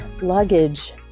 luggage